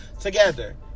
together